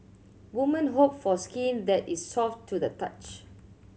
woman hope for skin that is soft to the touch